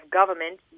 government